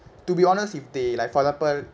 to be honest if they like for example